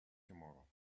tomorrow